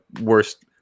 worst